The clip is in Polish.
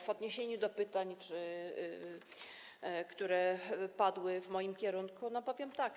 W odniesieniu do pytań, które padły w moim kierunku, powiem tak.